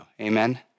Amen